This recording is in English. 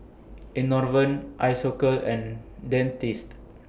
Enervon Isocal and Dentiste